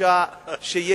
לחפש בעבירות מין?